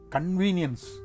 Convenience